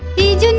each and